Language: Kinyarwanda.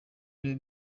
rero